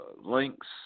links